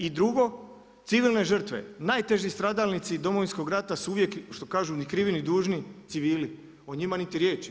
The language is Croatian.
I drugo, civilne žrtve najteži stradalnici Domovinskog rata su uvijek što kažu ni krivi ni dužni civili, o njima niti riječi.